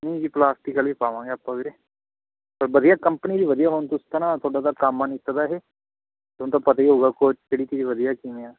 ਨਹੀਂ ਜੀ ਪਲਾਸਟਿਕ ਵਾਲੀ ਪਾਵਾਂਗੇ ਆਪਾਂ ਵੀਰੇ ਪਰ ਵਧੀਆ ਕੰਪਨੀ ਦੀ ਵਧੀਆ ਹੋਣ ਤੁਸੀਂ ਤਾਂ ਨਾ ਤੁਹਾਡਾ ਤਾਂ ਕੰਮ ਆ ਨਿੱਤ ਦਾ ਇਹ ਤੁਹਾਨੂੰ ਤਾਂ ਪਤਾ ਹੀ ਹੋਊਗਾ ਕੋਈ ਕਿਹੜੀ ਚੀਜ਼ ਵਧੀਆ ਕਿਵੇਂ ਆ